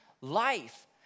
life